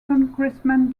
congressman